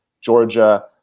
Georgia